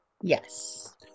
Yes